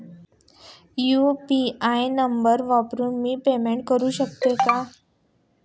UPI number वापरून मी payment करू शकते का?